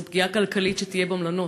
תהיה פגיעה כלכלית במלונות.